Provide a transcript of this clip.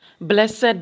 Blessed